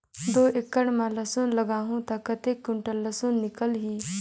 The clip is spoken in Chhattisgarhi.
दो एकड़ मां लसुन लगाहूं ता कतेक कुंटल लसुन निकल ही?